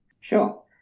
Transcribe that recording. Sure